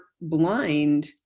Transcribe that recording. blind